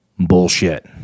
Bullshit